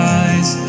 eyes